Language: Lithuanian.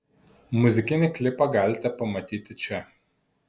muzikinį klipą galite pamatyti čia